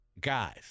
guys